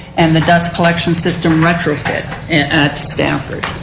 and the dust collection system retrofit at stanford.